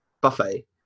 buffet